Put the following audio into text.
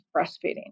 breastfeeding